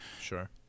Sure